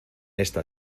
esta